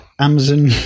Amazon